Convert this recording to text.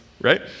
right